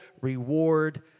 reward